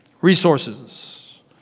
resources